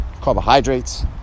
carbohydrates